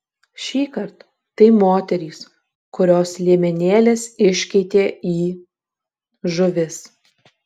šįkart tai moterys kurios liemenėles iškeitė į žuvis